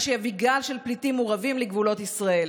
מה שיביא גל של פליטים מורעבים לגבולות ישראל,